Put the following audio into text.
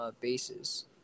bases